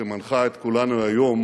שמנחה את כולנו היום,